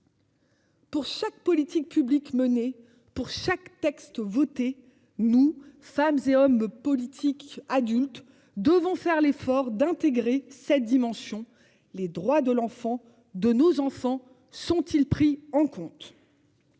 Pour chaque politique publique menée pour chaque texte voté nous femmes et hommes politiques adultes devons faire l'effort d'intégrer cette dimension, les droits de l'enfant de nos enfants sont-ils pris en compte.